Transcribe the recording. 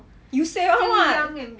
you say [one] [what]